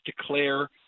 declare